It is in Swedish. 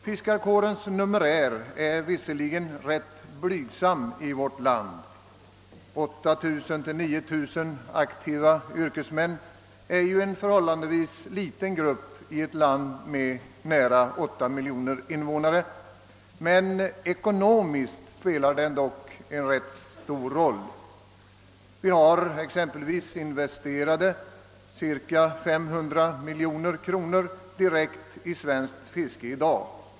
Fiskarkåren som numerär är visserligen rätt blygsam i vårt land — 8 000—59 000 aktiva yrkesmän är en förhållandevis liten grupp i ett land med nära 8 miljoner invånare — men ekonomiskt spelar den dock ganska stor roll. Vi har cirka 500 miljoner kronor investerade direkt i svenskt fiske i dag.